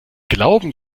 glauben